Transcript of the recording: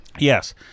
yes